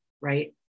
right